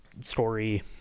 story